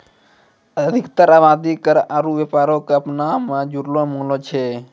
अधिकतर आवादी कर आरु व्यापारो क अपना मे जुड़लो मानै छै